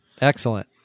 Excellent